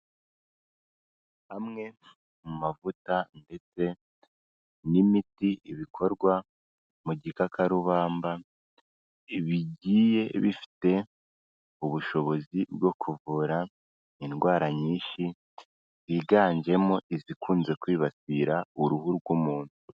Amwe mu mavuta ndetse n'imiti bikorwa mu gikakarubamba, bigiye bifite ubushobozi bwo kuvura indwara nyinshi ziganjemo izikunze kwibasirara uruhu rw'umuntu.